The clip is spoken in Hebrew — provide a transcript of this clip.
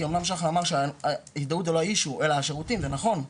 כי אמנם ההזדהות זה לא הנושא אלא השירותים אבל זה נכון,